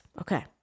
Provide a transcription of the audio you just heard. Okay